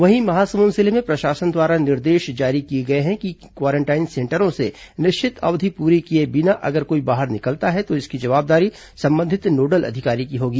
वहीं महासमुंद जिले में प्रशासन द्वारा निर्देश जारी किए गए हैं कि क्वारेंटाइन सेंटरों से निश्चित अवधि पूरी किए बिना अगर कोई बाहर निकलता है तो इसकी जवाबदारी संबंधित नोडल अधिकारी की होगी